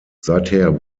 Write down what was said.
seither